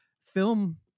film